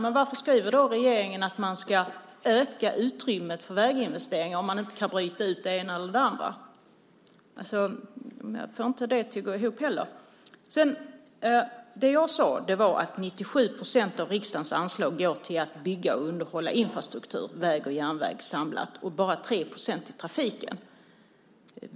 Men varför skriver då regeringen att man ska öka utrymmet för väginvesteringar om man inte kan bryta ut det ena eller det andra? Jag får inte heller det att gå ihop. Det jag sade var att 97 procent av riksdagens anslag går till att bygga och underhålla infrastruktur, väg och järnväg samlat, och bara 3 procent till trafiken.